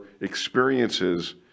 experiences